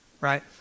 right